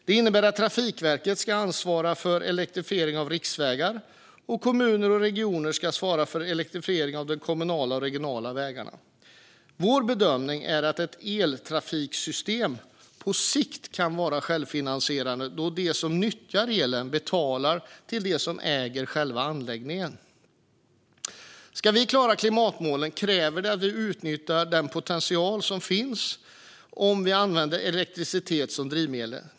Det innebär att Trafikverket ska ansvara för elektrifiering av riksvägarna och kommuner och regioner ska svara för elektrifiering av de kommunala och regionala vägarna. Vår bedömning är att ett eltrafiksystem på sikt kan vara självfinansierande, då de som nyttjar elen betalar till dem som äger själva anläggningen. Ska vi klara klimatmålen kräver det att vi utnyttjar den potential som finns om vi använder elektricitet som drivmedel.